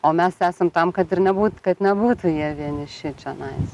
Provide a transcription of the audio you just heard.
o mes esam tam kad ir nebūt kad nebūtų jie vieniši čionais